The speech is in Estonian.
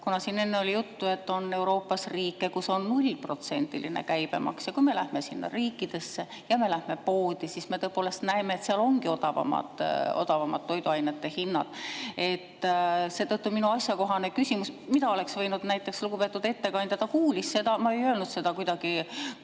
Siin enne oli juttu, et on Euroopas riike, kus on 0%-line käibemaks. Kui me lähme nendesse riikidesse ja lähme poodi, siis me tõepoolest näeme, et seal ongi odavamad toiduainete hinnad. Seetõttu minu asjakohane küsimus, mida oleks võinud … Lugupeetud ettekandja kuulis seda. Ma ei öelnud seda kuidagi kõvasti